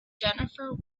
jennifer